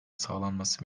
sağlanması